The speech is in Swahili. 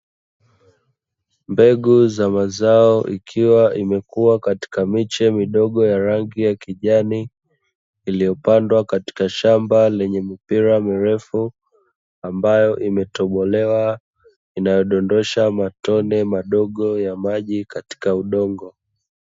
Mbegu za mazao ikiwa imekua katika miche midogo ya rangi ya kijani, iliyopandwa katika shamba lenye mipira mirefu, ambayo imetobolewa inayodondosha matone madogo ya maji katika udongo.